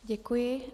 Děkuji.